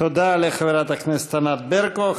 תודה לחברת הכנסת ענת ברקו.